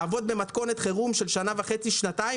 לעבוד במתכונת חירום של שנה וחצי שנתיים